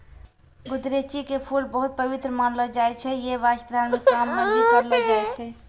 गुदरैंची के फूल बहुत पवित्र मानलो जाय छै यै वास्तं धार्मिक काम मॅ भी करलो जाय छै